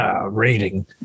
rating